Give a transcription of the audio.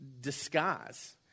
disguise